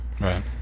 right